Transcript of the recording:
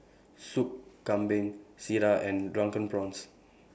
Soup Kambing Sireh and Drunken Prawns